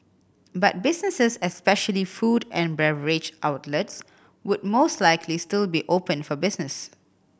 but businesses especially food and beverage outlets would most likely still be open for business